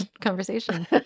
conversation